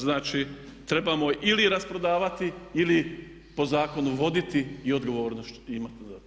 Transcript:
Znači, trebamo ili rasprodavati ili po zakonu voditi i odgovornost onda imati za to.